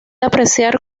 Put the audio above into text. apreciar